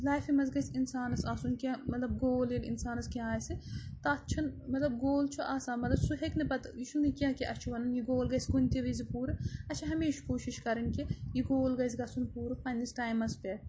لایفہِ منٛز گژھِ اِنسانَس آسُن کیٛاہ مطلب گول ییٚلہِ اِنسانَس کینٛہہ آسہِ تَتھ چھُنہٕ مطلب گول چھُ آسان مگر سُہ ہیٚکہِ نہٕ پَتہٕ یہِ چھُنہٕ کینٛہہ کہِ اَسہِ چھِ وَنُن یہِ گول گژھِ کُنہِ تہِ وِزِ پوٗرٕ اَسہِ چھِ ہمیشہِ کوٗشِش کَرٕنۍ کہِ یہِ گول گژھِ گژھُن پوٗرٕ پنٛنِس ٹایمَس پٮ۪ٹھ